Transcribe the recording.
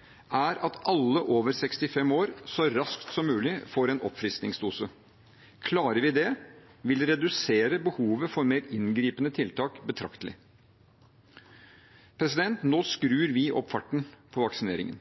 er derfor at alle over 65 år så raskt som mulig får en oppfriskningsdose. Klarer vi det, vil det redusere behovet for mer inngripende tiltak betraktelig. Nå skrur vi opp farten på vaksineringen.